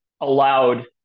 allowed